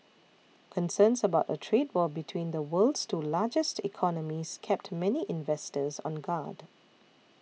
concerns about a trade war between the world's two largest economies kept many investors on guard